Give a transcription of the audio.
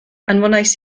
anfonais